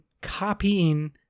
copying